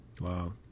wow